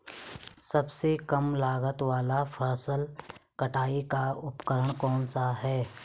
सबसे कम लागत वाला फसल कटाई का उपकरण कौन सा है?